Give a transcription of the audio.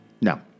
No